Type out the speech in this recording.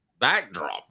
backdrop